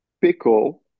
pickle